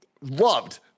loved